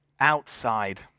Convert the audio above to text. outside